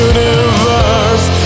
Universe